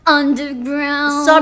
underground